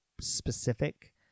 specific